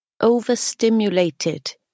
overstimulated